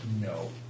No